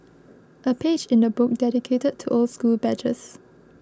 a page in the book dedicated to old school badges